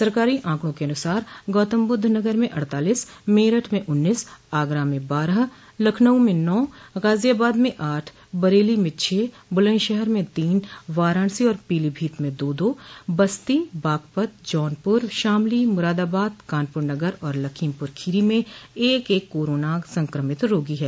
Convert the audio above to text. सरकारो ऑकड़ों के अनुसार गौतमबुद्धनगर में अड़तालिस मेरठ में उन्नीस आगरा में बारह लखनऊ में नौ गाजियाबाद में आठ बरेली में छः बुलन्दशहर में तीन वाराणसी और पीलीभीत में दो दो बस्ती बागपत जौनपुर शामली मुरादाबाद कानपुरनगर और लखीमपुर खीरी में एक एक कोरोना संक्रमित रोगी हैं